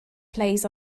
plays